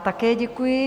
Také děkuji.